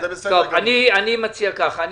אין סיבה שהם לא יוכלו ללכת